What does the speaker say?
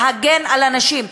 להגן על הנשים.